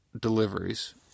deliveries